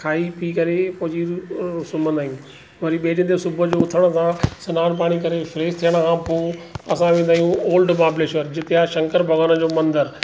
खाई पी करे सुम्हंदा आहियूं वरी ॿिए ॾींहं ते सुबुह जो उथण सां सनानु पाणी करे फ्रेश थियण खां पोइ असां वेंदा आयूं ओल्ड महाबलेश्वर जिते आहे शंकर भॻवान जो मंदरु